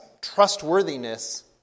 trustworthiness